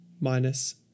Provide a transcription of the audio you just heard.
minus